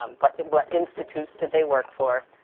um but what institutes did they work for,